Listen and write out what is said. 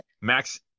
Max